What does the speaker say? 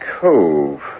Cove